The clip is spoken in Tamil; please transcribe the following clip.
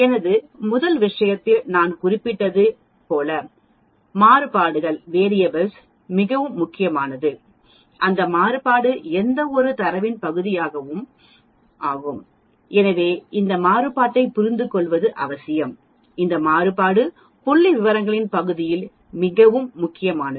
எனது முதல் விஷயத்தில் நான் குறிப்பிட்டது போல மாறுபாடு மிகவும் முக்கியமானது அந்த மாறுபாடு எந்தவொரு தரவின் பகுதியாகும் எனவே இந்த மாறுபாட்டைப் புரிந்துகொள்வது அவசியம் இந்த மாறுபாடு புள்ளிவிவரங்களின் பகுதியில் மிகவும் முக்கியமானது